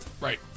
Right